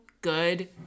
good